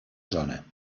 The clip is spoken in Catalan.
zona